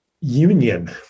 union